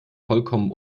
vollkommen